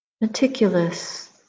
meticulous